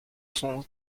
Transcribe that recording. sont